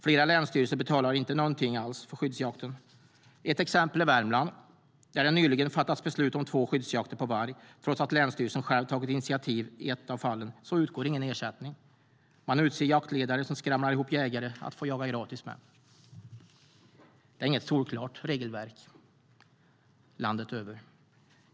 Flera länsstyrelser betalar inte någonting alls för skyddsjakten. Ett exempel är Värmland, där det nyligen fattats beslut om två skyddsjakter på varg. Trots att länsstyrelsen själv tagit initiativ i ett av fallen utgår ingen ersättning. Man utser jaktledare som skramlar ihop jägare att jobba gratis tillsammans med. Det är inget solklart regelverk.